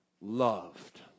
loved